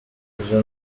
izo